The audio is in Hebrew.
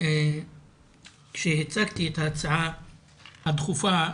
היא שכשהצגתי את ההצעה הדחופה,